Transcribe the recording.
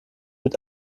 mit